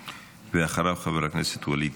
ואחריו, חבר הכנסת ווליד